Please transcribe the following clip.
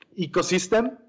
ecosystem